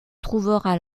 trouvera